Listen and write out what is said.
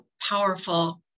powerful